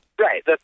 Right